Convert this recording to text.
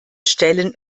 stellen